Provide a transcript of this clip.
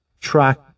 track